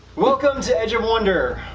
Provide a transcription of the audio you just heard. welcome to edge of wonder,